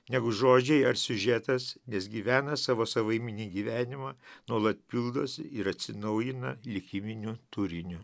negu žodžiai ar siužetas nes gyvena savo savaiminį gyvenimą nuolat pildosi ir atsinaujina likiminiu turiniu